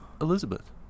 Elizabeth